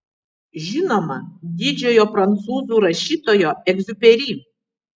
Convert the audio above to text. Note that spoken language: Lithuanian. žinoma didžiojo prancūzų rašytojo egziuperi